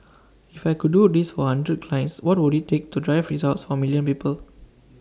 if I could do this for A hundred clients what would IT take to drive results for A million people